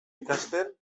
ikasten